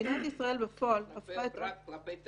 מדינת ישראל בפועל -- כלפי הפרט,